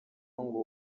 ngo